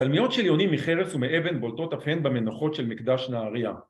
צלמיות של יונים מחרס ומאבן בולטות אף הן במנוחות של מקדש נהריה.